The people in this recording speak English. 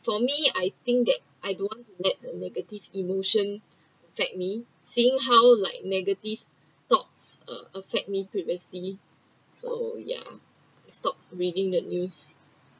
for me I think that I don’t want to let the negative emotions affect me seeing how like negative thoughts uh affect me previously so ya stop reading the news